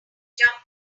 jump